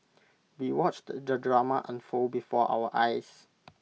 we watched the drama unfold before our eyes